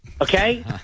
Okay